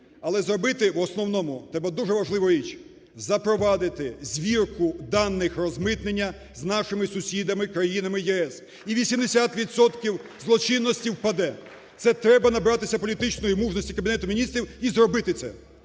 Але зробити в основному треба дуже важливу річ: запровадити звірку даних розмитнення з нашими сусідами, країнами ЄС, і 80 відсотків злочинності впаде. Це треба набратися політичної мужності Кабінету Міністрів і зробити це.